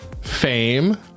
fame